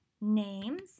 names